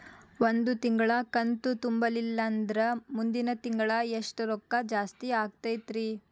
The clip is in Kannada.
ಒಂದು ತಿಂಗಳಾ ಕಂತು ತುಂಬಲಿಲ್ಲಂದ್ರ ಮುಂದಿನ ತಿಂಗಳಾ ಎಷ್ಟ ರೊಕ್ಕ ಜಾಸ್ತಿ ಆಗತೈತ್ರಿ?